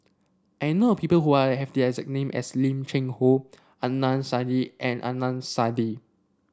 I know people who are have the exact name as Lim Cheng Hoe Adnan Saidi and Adnan Saidi